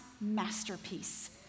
masterpiece